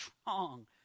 strong